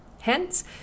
hence